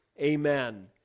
Amen